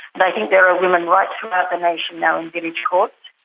and i think there are women right throughout the nation now in village courts.